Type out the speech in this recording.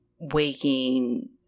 waking